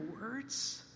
words